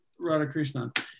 Radhakrishnan